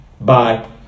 Bye